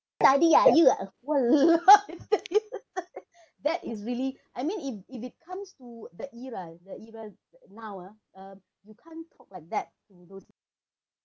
study ah you ah !walao! I say that is really I mean if if it comes to the era the era the now ah uh you can't talk like that to those